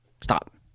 Stop